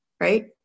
right